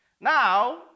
Now